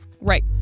Right